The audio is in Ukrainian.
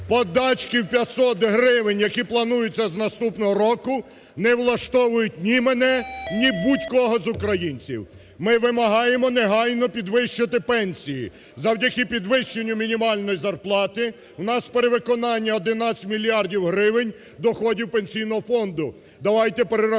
Подачки в 500 гривень, які плануються, які плануються з наступного року, не влаштовують ні мене, ні будь-кого з українців. Ми вимагаємо негайно підвищити пенсії, завдяки підвищенню мінімальної зарплати у нас перевиконання 11 мільярдів гривень доходів Пенсійного фонду, давайте перераховувати